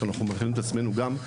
בו אנחנו מכינים את עצמנו גם לאסונות,